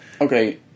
Okay